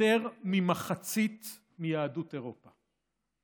יותר ממחצית מיהדות אירופה.